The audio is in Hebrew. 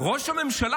ראש הממשלה,